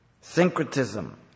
Syncretism